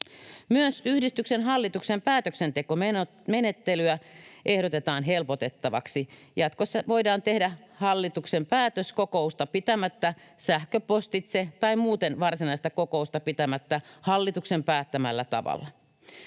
Myös yhdistyksen hallituksen päätöksentekomenettelyä ehdotetaan helpotettavaksi. Jatkossa voidaan tehdä hallituksen päätös kokousta pitämättä sähköpostitse tai muuten varsinaista kokousta pitämättä hallituksen päättämällä tavalla.